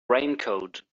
raincoat